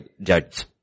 judge